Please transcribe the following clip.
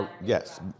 Yes